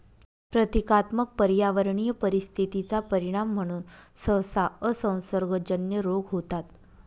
प्रतीकात्मक पर्यावरणीय परिस्थिती चा परिणाम म्हणून सहसा असंसर्गजन्य रोग होतात